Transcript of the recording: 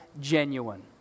genuine